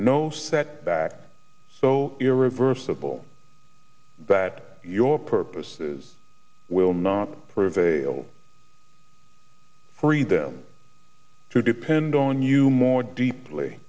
no setback so irreversible that your purposes will not prevail free them to depend on you more deeply